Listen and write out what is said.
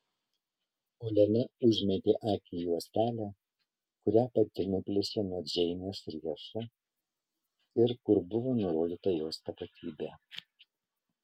olena užmetė akį į juostelę kurią pati nuplėšė nuo džeinės riešo ir kur buvo nurodyta jos tapatybė